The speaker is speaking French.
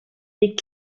des